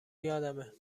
یادمه